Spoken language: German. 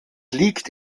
liegt